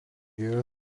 yra